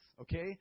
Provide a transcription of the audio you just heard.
okay